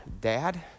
Dad